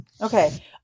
okay